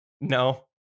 No